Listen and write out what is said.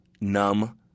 numb